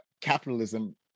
capitalism